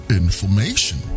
information